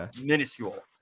minuscule